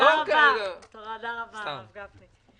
תודה רבה, הרב גפני.